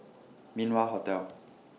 Min Wah Hotel